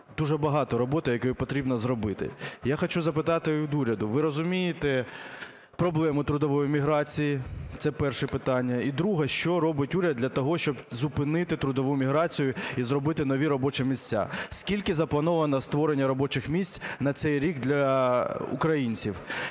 дуже багато роботи, якої потрібно зробити. Я хочу запитати у уряду: ви розумієте проблему трудової міграції? Це перше питання. І друге. Що робить уряд для того, щоб зупинити трудову міграцію і зробити нові робочі місця? Скільки заплановано робочих місць на цей рік для українців?